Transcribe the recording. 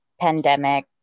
pandemic